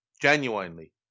genuinely